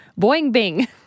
Boing-bing